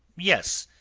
yes.